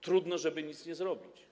trudno nic nie zrobić.